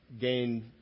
gain